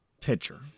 pitcher